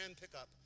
pickup